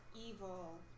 evil